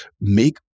make